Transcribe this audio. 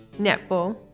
Netball